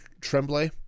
Tremblay